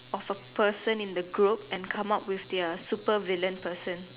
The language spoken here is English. of a person in the group and come up with their supervillain persona